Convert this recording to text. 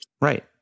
Right